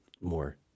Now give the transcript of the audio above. more